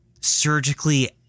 surgically